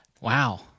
Wow